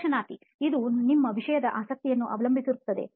ಸಂದರ್ಶನಾರ್ಥಿ ಇದು ನಿಮ್ಮ ವಿಷಯದ ಆಸಕ್ತಿಯನ್ನು ಅವಲಂಬಿಸಿರುತ್ತದೆ